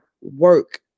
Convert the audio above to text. work